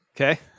Okay